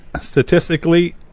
statistically